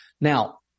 Now